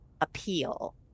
appeal